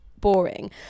boring